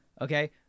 Okay